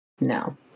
no